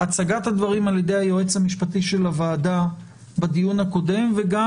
בהצגת הדברים על ידי היועץ המשפטי של הוועדה בדיון הקודם וגם